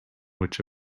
which